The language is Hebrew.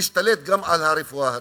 להשתלט גם על הרפואה הציבורית.